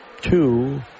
two